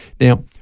Now